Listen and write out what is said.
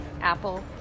apple